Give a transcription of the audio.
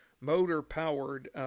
motor-powered